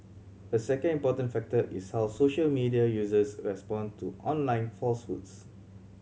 a second important factor is how social media users respond to online falsehoods